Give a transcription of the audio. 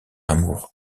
amour